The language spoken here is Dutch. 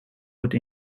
wordt